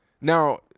Now